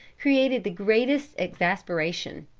created the greatest exasperation.